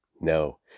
No